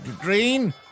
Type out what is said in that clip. Green